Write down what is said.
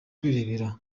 kwirebera